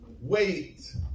Wait